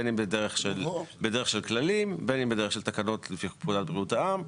בין אם בדרך של כללים ובין אם בדרך של תקנות לפי פקודת בריאות העם,